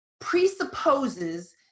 presupposes